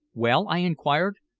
well? i inquired.